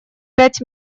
пять